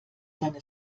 seine